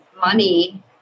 money